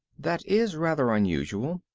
that is rather unusual.